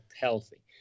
healthy